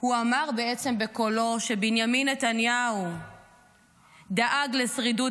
הוא אמר בעצם בקולו שבנימין נתניהו דאג לשרידות